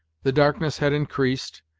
the darkness had increased,